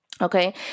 Okay